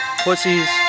pussies